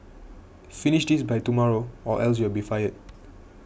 finish this by tomorrow or else you'll be fired